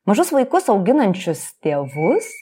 mažus vaikus auginančius tėvus